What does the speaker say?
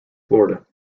florida